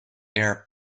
air